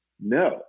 no